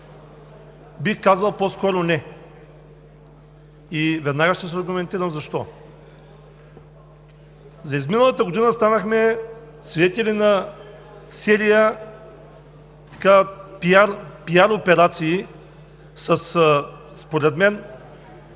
бих казал – не. Веднага ще се аргументирам защо. За изминалата година станахме свидетели на серия пиар операции с изключително